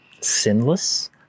sinless